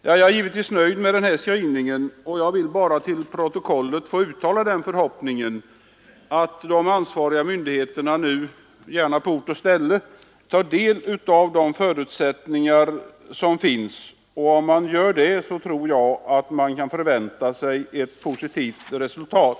Jag är givetvis nöjd med den skrivningen, och jag vill bara till protokollet få uttala förhoppningen att de ansvariga myndigheterna — Nr 54 gärna på ort och ställe — tar del av de förutsättningar som finns. Om man Onsdagen den gör det tror jag att vi kan förvänta oss ett positivt resultat.